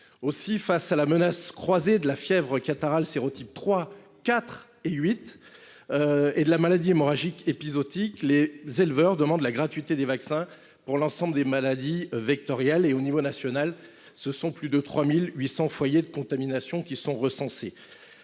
Aussi, face à la menace croisée de la fièvre catarrhale de sérotypes 3, 4 et 8, et de la maladie hémorragique épizootique, les éleveurs demandent la gratuité des vaccins pour l’ensemble des maladies vectorielles. À l’échelle nationale, plus de 3 800 foyers de contamination sont recensés.